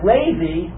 Lazy